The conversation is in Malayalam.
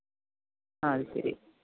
അത് ശരി